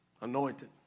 Anointed